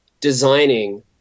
designing